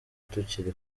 tukiri